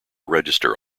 register